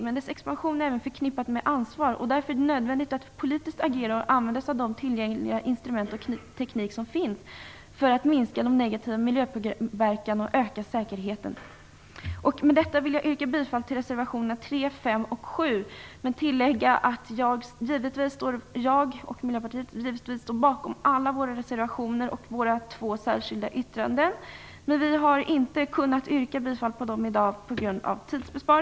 Men dess expansion är även förknippad med ansvar. Därför är det nödvändigt att agera politiskt och använda sig av de tillgängliga instrumenten och den teknik som finns för att minska den negativa miljöpåverkan och öka säkerheten. Med detta vill jag yrka bifall till reservationerna 3, 5 och 7 men tillägga att jag och Miljöpartiet givetvis står bakom alla våra reservationer och våra två särskilda yttranden. För att spara tid yrkar vi inte bifall till alla reservationer.